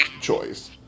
choice